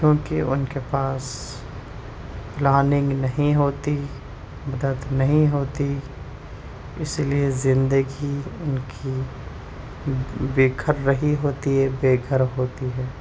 کیونکہ ان کے پاس پلاننگ نہیں ہوتی مدد نہیں ہوتی اس لیے زندگی ان کی بے گھر رہی ہوتی ہے بے گھر ہوتی ہے